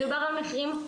29 שקלים?